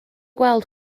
gweld